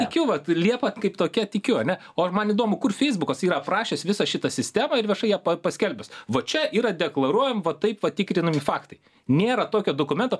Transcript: tikiu vat liepa kaip tokia tikiu ane o ar man įdomu kur feisbukas yra aprašęs visą šitą sistemą ir viešai ją paskelbęs va čia yra deklaruojam va taip va tikrinami faktai nėra tokio dokumento